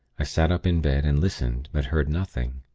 i sat up in bed, and listened, but heard nothing.